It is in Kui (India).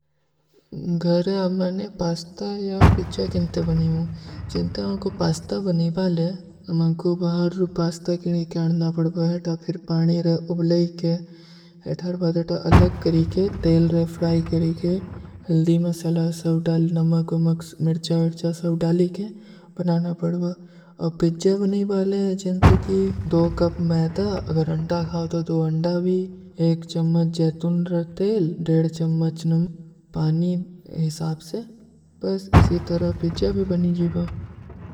ଗହରେ ଅବ ମୈଂନେ ପାସ୍ତା ଯା ପିଜ୍ଜା କେଂଟେ ବନୀ ହୂଁ। ଜିନତେ ଆପକୋ ପାସ୍ତା ବନୀ ବାଲେ, ଅମାଂକୋ ବହାର ପାସ୍ତା କେଣୀ କରନା ପଡବା ହୈ। ତଫିର ପାନୀ ରହ ଉବଲେ କେ, ହୈ ଥାର ବାଦ ଅଟା ଅଲଗ କରୀକେ, ତେଲ ରହ ଫ୍ରାଈ କରୀକେ, ହଲଦୀ ମସଲା ସଵ ଡାଲ, ନମକ, ମକସ, ମିର୍ଚା, ଅଚ୍ଛା ସଵ ଡାଲୀ କେ ବନାନା ପଡବା। ଅବ ପିଜ୍ଜା ବନୀ ବାଲେ ହୈ, ଜିନତୋ କୀ ଦୋ କପ ମୈଦା, ଅଗର ଅଂଡା ଖାଓ ତୋ ଦୋ ଅଂଡା ଭୀ, ଏକ ଚମ୍ମଚ ଜୈତୁନ୍ଡର ତେଲ, ଡେଡ ଚମ୍ମଚ ନମକ, ପାନୀ ହିସାପ ସେ, ବସ ଇସୀ ତରହ ପିଜ୍ଜା ଭୀ ବନୀ ଜୀବା।